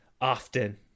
often